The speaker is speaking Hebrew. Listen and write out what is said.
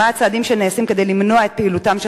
מהם הצעדים שנעשים כדי למנוע את פעילותם של